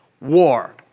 war